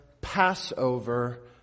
Passover